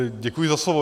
Děkuji za slovo.